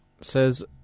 says